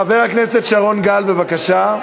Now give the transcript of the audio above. חבר הכנסת שרון גל, בבקשה.